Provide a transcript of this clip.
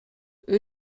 une